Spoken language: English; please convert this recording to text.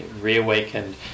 reawakened